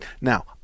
Now